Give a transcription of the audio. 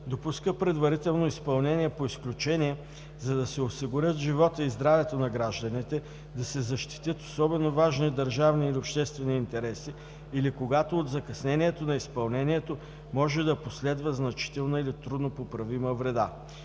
допуска предварително изпълнение по изключение, за да се осигурят животът и здравето на гражданите, да се защитят особено важни държавни или обществени интереси или когато от закъснението на изпълнението може да последва значителна или трудно поправима вреда,